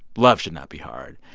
love should not be hard.